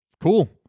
cool